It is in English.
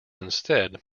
instead